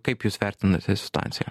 kaip jūs vertinate situaciją